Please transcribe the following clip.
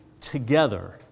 together